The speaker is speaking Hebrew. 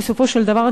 בסופו של דבר,